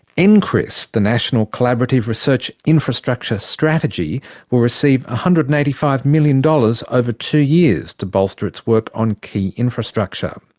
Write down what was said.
and ncris, the national collaborative research infrastructure strategy will receive one hundred and eighty five million dollars over two years to bolster its work on key infrastructure.